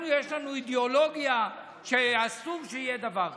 אנחנו, יש לנו אידיאולוגיה שאסור שיהיה דבר כזה.